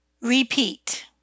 Repeat